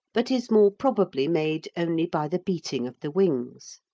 but is more probably made only by the beating of the wings.